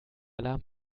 alarm